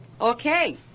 Okay